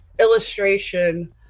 illustration